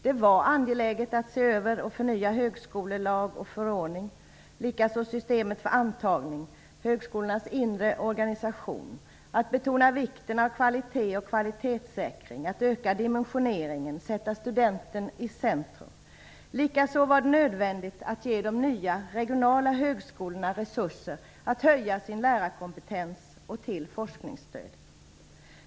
Det var angeläget att se över och förnya högskolelag och förordning liksom systemet för antagning och högskolans inre organisation. Det var angeläget att betona vikten av kvalitet och kvalitetssäkring, öka dimensioneringen och sätta studenten i centrum. Likaså var det nödvändigt att ge de nya regionala högskolorna resurser att höja sin lärarkompetens och till forskningsstöd.